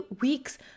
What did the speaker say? weeks